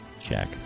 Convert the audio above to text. check